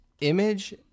image